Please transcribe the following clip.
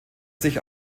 sich